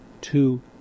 two